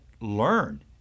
learn